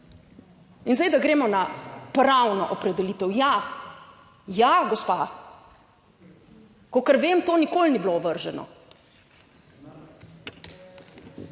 In zdaj, da gremo na pravno opredelitev. Ja, gospa kolikor vem, to nikoli ni bilo ovrženo.